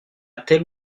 telle